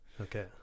Okay